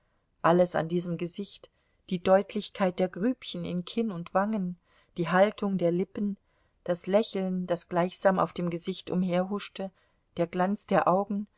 alles an diesem gesicht die deutlichkeit der grübchen in kinn und wangen die haltung der lippen das lächeln das gleichsam auf dem gesicht umherhuschte der glanz der augen